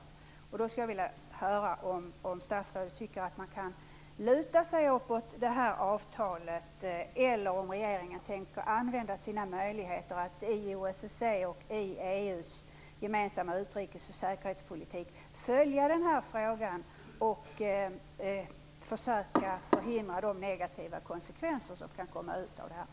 Tycker statsrådet att man kan luta sig mot avtalet eller tänker regeringen använda sina möjligheter att i OSSE och EU:s gemensamma utrikesoch säkerhetspolitik följa frågan och försöka förhindra de negativa konsekvenser som kan komma ut av detta?